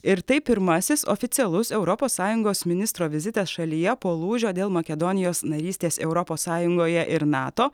ir tai pirmasis oficialus europos sąjungos ministro vizitas šalyje po lūžio dėl makedonijos narystės europos sąjungoje ir nato